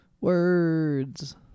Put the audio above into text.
Words